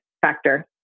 factor